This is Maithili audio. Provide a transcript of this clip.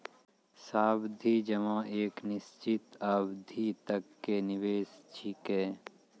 सावधि जमा एक निश्चित अवधि तक के निवेश छिकै